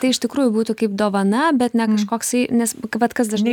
tai iš tikrųjų būtų kaip dovana bet ne kažkoksai nes vat kas dažnai